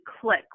click